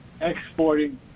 exporting